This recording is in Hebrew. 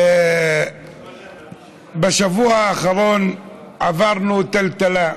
בשבוע האחרון עברנו טלטלה,